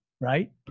Right